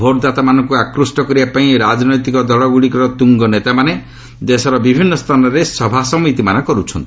ଭୋଟ୍ଦାତାମାନଙ୍କୁ ଆକୃଷ୍ଟ କରିବା ପାଇଁ ରାଜନୈତିକ ଦଳଗୁଡ଼ିକର ତୁଙ୍ଗ ନେତାମାନେ ଦେଶର ବିଭିନ୍ନ ସ୍ଥାନରେ ସଭାସମିତି କରୁଛନ୍ତି